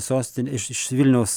sostinė iš iš vilniaus